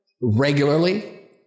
regularly